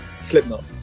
Slipknot